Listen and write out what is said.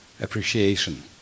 appreciation